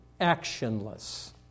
actionless